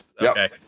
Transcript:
Okay